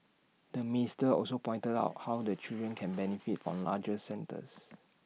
the minister also pointed out how the children can benefit from larger centres